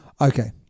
Okay